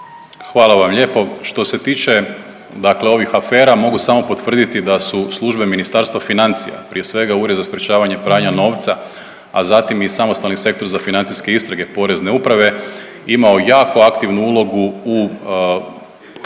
Hvala lijepo. Što se tiče ovih afera mogu samo potvrditi da su službe Ministarstva financija, prije svega Ured za sprečavanje pranja novca, a zatim i Samostalni sektor za financijske istrage Porezne uprave imao jako aktivnu ulogu u procesuiranju